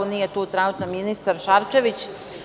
Nije tu trenutno ministar Šarčević.